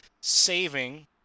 saving